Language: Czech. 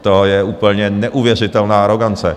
To je úplně neuvěřitelná arogance.